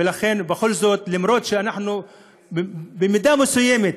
ולכן, בכל זאת, אפילו שאנחנו במידה מסוימת